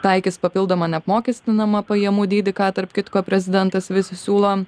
taikys papildomą neapmokestinamą pajamų dydį ką tarp kitko prezidentas vis siūlo